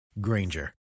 Granger